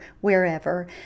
wherever